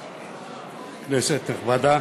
תודה, כנסת נכבדה,